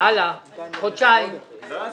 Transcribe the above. לא יספיק.